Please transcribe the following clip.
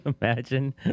imagine